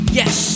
yes